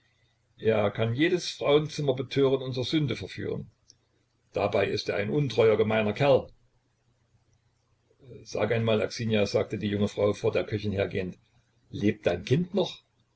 er kann jedes frauenzimmer betören und zur sünde verführen dabei ist er ein untreuer gemeiner kerl sag einmal aksinja sagte die junge frau vor der köchin hergehend lebt dein kind noch